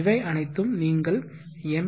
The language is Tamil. இவை அனைத்தும் நீங்கள் எம்